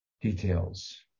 details